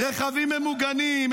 רכבים ממוגנים,